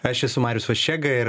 aš esu marius vaščega ir